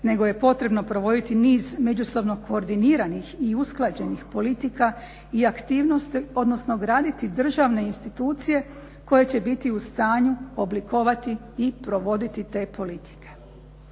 nego je potrebno provoditi niz međusobno koordiniranih i usklađenih politika i aktivnosti, odnosno graditi državne institucije koje će biti u stanju oblikovati i provoditi te politike.